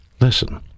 listen